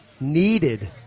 needed